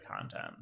content